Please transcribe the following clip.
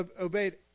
obeyed